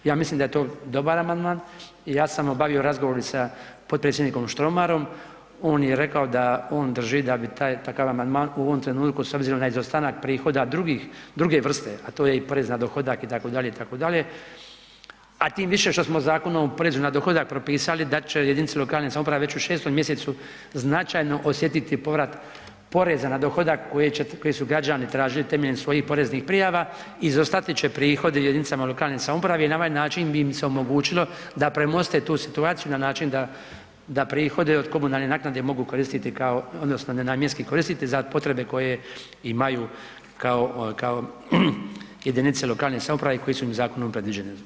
Ja mislim da je to dobar amandman i ja sam obavio razgovor i sa potpredsjednikom Štromarom, on je rekao da on drži da bi taj takav amandman u ovom trenutku s obzirom na izostanak prihoda druge vrste, a to je i porez na dohodak itd., itd., a tim više što smo Zakonom o porezu na dohodak propisali da će jedinice lokalne samouprave već u 6. mjesecu značajno osjetiti povrat poreza na dohodak koji su građani tražili temeljem svojih poreznih prijava, izostati će prihodi jedinicama lokalne samouprave i na ovaj način bi im se omogućilo da premoste tu situaciju na način da prihodi od komunalne naknade mogu koristiti kao odnosno nenamjenski koristiti za potrebe koje imaju kao jedinice lokalne samouprave i koje su im zakonom predviđene.